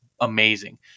Amazing